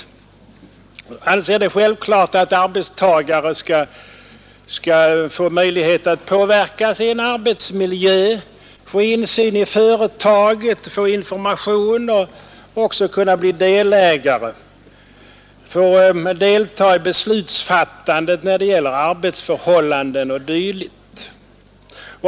Vi anser det självklart att arbetstagare skall få möjlighet att påverka sin arbetsmiljö, få insyn i företaget, få information och kunna bli delägare, få delta i beslutsfattandet när det gäller arbetsförhållanden o. d.